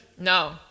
No